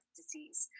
disease